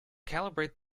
calibrate